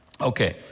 Okay